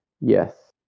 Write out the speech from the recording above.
Yes